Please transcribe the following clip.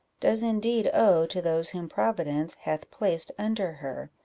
does indeed owe to those whom providence hath placed under her.